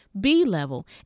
B-level